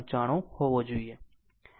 95 હોવો જોઈએ